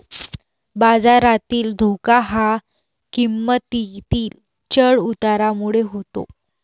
बाजारातील धोका हा किंमतीतील चढ उतारामुळे होतो